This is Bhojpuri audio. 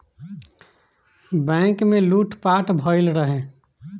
बैंक में लूट पाट भईल रहे